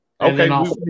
Okay